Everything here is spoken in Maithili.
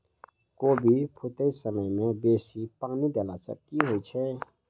कोबी फूटै समय मे बेसी पानि देला सऽ की होइ छै?